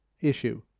issue